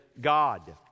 God